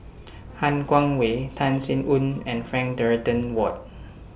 Han Guangwei Tan Sin Aun and Frank Dorrington Ward